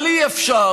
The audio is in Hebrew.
אבל אי-אפשר